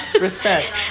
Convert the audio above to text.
Respect